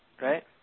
right